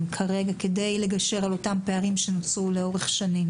כדי לגשר על הפערים שנוצרו לאורך שנים,